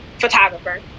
Photographer